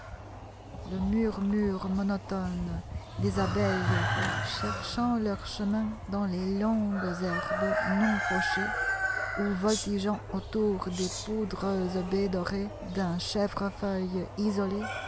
le murmure monotone des abeilles cherchant leur chemin dans les longues herbes non fauchées ou voltigeant autour des poudreuses baies dorées d'un chèvrefeuille isolé